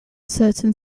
certain